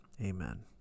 Amen